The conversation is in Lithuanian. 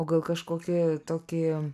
o gal kažkokį tokį